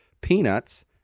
peanuts